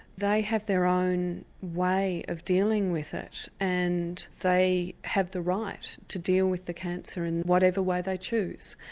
they have their own way of dealing with it, and they have the right to deal with the cancer in whatever way they choose.